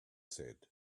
said